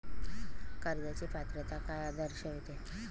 कर्जाची पात्रता काय दर्शविते?